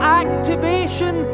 activation